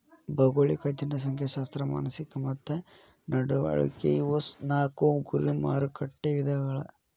ಭೌಗೋಳಿಕ ಜನಸಂಖ್ಯಾಶಾಸ್ತ್ರ ಮಾನಸಿಕ ಮತ್ತ ನಡವಳಿಕೆ ಇವು ನಾಕು ಗುರಿ ಮಾರಕಟ್ಟೆ ವಿಧಗಳ